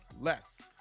less